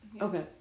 Okay